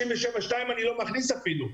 37.2 אני לא מכניס אפילו.